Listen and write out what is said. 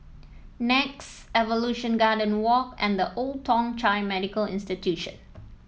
Nex Evolution Garden Walk and The Old Thong Chai Medical Institution